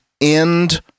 end